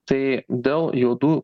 tai dėl juodų